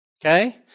Okay